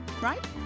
right